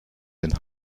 den